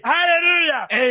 Hallelujah